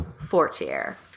Fortier